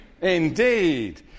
Indeed